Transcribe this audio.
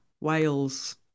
wales